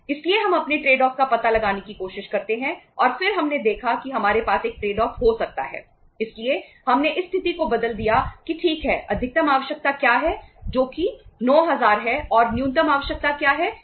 इसलिए हम अपने ट्रेड ऑफ हो सकता है इसलिए हमने इस स्थिति को बदल दिया कि ठीक है अधिकतम आवश्यकता क्या है जो कि 9000 है और न्यूनतम आवश्यकता क्या है 6900